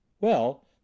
Well